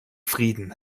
frieden